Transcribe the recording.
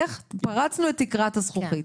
פרצנו את תקרת הזכוכית".